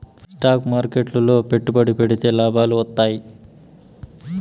stock మార్కెట్లు లో పెట్టుబడి పెడితే లాభాలు వత్తాయి